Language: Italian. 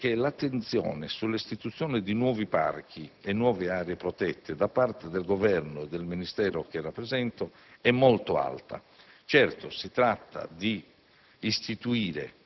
voglio aggiungere che l'attenzione sull'istituzione di nuovi parchi e nuove aree protette da parte del Governo e del Ministero che rappresento è molto alta. Certo, si tratta di